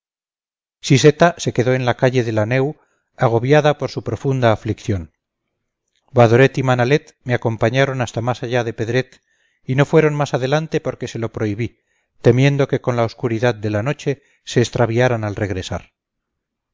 siseta se quedó en la calle de la neu agobiada por su profunda aflicción badoret y manalet me acompañaron hasta más allá de pedret y no fueron más adelante porque se lo prohibí temiendo que con la oscuridad de la noche se extraviaran al regresar